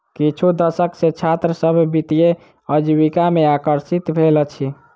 किछु दशक सॅ छात्र सभ वित्तीय आजीविका में आकर्षित भेल अछि